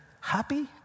happy